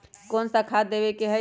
कोन सा खाद देवे के हई?